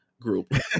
group